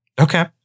Okay